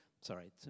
sorry